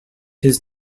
his